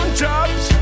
jobs